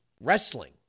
wrestling